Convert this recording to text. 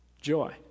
Joy